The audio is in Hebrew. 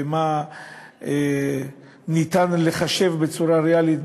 ומה אפשר לחשב בצורה ריאלית,